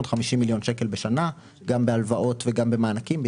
מיליון שקלים בשנה גם בהלוואות וגם במענקים,